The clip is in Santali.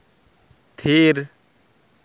ᱛᱷᱤᱨ